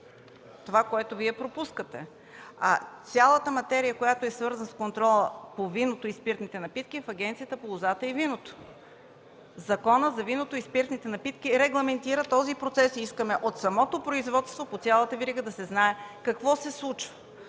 това, което Вие пропускате. Цялата материя, която е свързана с контрола по виното и спиртните напитки, е в Агенцията по лозата и виното. Законът за виното и спиртните напитки регламентира този процес и искаме от самото производство, по цялата верига да се знае какво се случва.